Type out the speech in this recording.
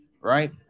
right